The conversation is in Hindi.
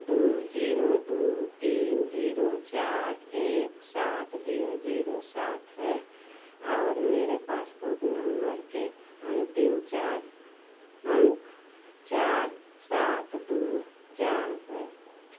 दो जीरो दो तीन जीरो चार एक सात जीरो जीरो सात है और मेरे पासपोर्ट नम्बर के अंतिम चार अंक चार सात दो चार है